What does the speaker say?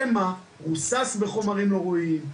שמא הוא רוסס בחומרים לא ראויים,